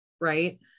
right